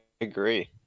agree